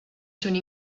sono